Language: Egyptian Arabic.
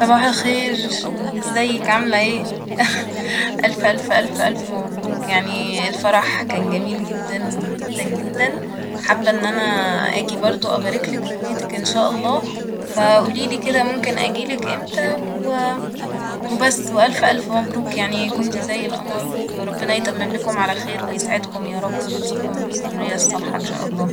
صباح الخير ازيك عاملة ايه؟ ألف ألف ألف ألف مبروك يعني الفرح كان جميل جدا جدا جدا حابه إن أنا آجي برضه أباركلك في بيتك إن شاء الله فقوليلي كده ممكن أجيلك امتى و- و بس وألف ألف مبروك يعني كنتي زي القمر وربنا يتمملكم على خير ويسعدكم يارب و يرزقكم بالذرية الصالحة ان شاء الله.